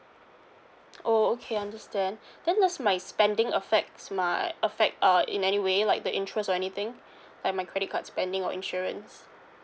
oh okay understand then does my spending affects my affect uh in anyway like the interest or anything like my credit card spending or insurance